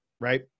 Right